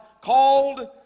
called